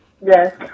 Yes